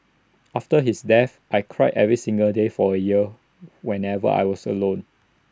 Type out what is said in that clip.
after his death I cried every single day for A year whenever I was alone